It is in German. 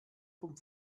vom